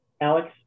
alex